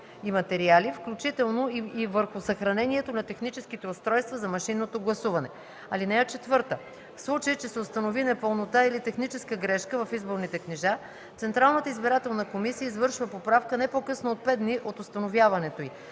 и материали, включително и върху съхранението на техническите устройства за машинното гласуване. (4) В случай че се установи непълнота или техническа грешка в изборните книжа, Централната избирателна комисия извършва поправка не по-късно от 5 дни от установяването й.